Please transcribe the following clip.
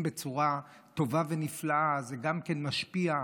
בצורה טובה ונפלאה זה גם כן משפיע,